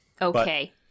okay